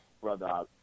Brother